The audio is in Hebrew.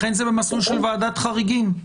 לכן זה במסלול של ועדת חריגים.